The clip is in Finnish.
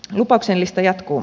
lupauksien lista jatkuu